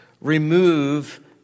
remove